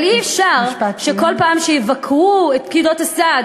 אבל אי-אפשר שכל פעם שיבקרו את פקידות הסעד